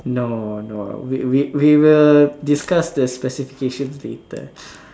no no we we will discuss the specifications later